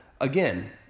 again